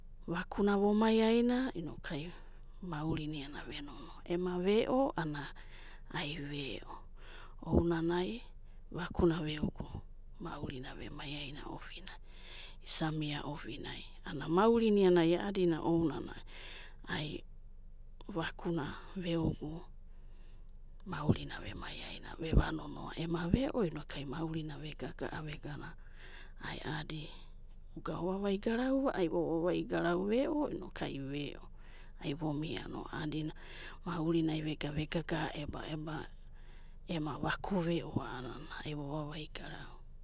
Vakuna vo'maiaina, inokai maurina ai venonoa, ema ve'o ana ai ve'o. Ounanai vakuna ve'ogu maurina vemaiaina ovinai isa mia ovinai, isa mia ovinai ana maurina ai a'adina ounanai, ai vakuna veogu maurina ve maiai na veva nonoa ema ve'o inokuai maurina vegana vega aeadi, ema vovavai garau ai vo vavaigarau, ema ve'o inokai ve'o, ai vomiano a'adina maurina ai vega vegaga'a eba'eba ema vaku ve'o a'anana voga vovavai garau.